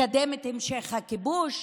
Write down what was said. לקדם את המשך הכיבוש,